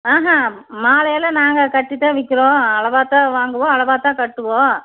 ஆஹன் மாலையெல்லாம் நாங்கள் கட்டித்தான் விற்கிறோம் அளவாகத்தான் வாங்குவோம் அளவாகத்தான் கட்டுவோம்